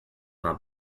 not